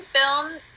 film